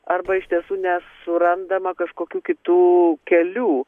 arba iš tiesų nesurandama kažkokių kitų kelių